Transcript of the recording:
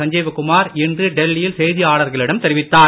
சஞ்சீவகுமார் இன்று டெல்லியில் செய்தியாளர்களிடம் தெரிவித்தார்